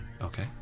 Okay